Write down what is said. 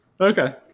Okay